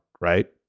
right